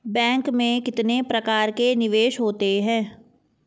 Bank में कितने प्रकार के निवेश होते हैं?